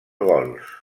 gols